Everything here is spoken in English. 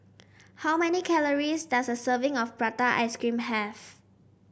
how many calories does a serving of Prata Ice Cream have